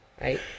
right